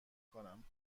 کنم